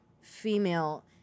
female